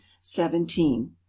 seventeen